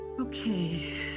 Okay